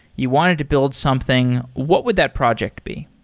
you wanted to build something. what would that project be?